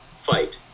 fight